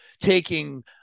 taking